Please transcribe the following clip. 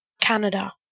Canada